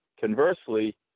conversely